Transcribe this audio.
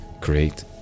create